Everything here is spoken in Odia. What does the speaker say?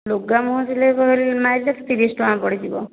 ଲୁଗା ମୁହଁ ସିଲେଇ ମାରିଲେ ତିରିଶ ଟଙ୍କା ପଡ଼ିଯିବ